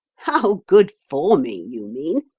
how good for me, you mean,